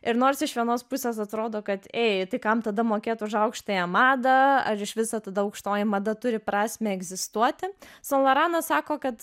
ir nors iš vienos pusės atrodo kad ei kam tada mokėt už aukštąją madą ar iš viso tada aukštoji mada turi prasmę egzistuoti san loranas sako kad